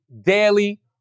Daily